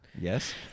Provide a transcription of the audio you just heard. Yes